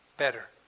Better